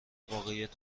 واقعیت